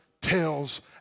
tells